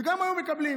וגם היו מקבלים.